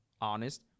honest